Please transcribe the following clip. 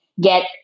get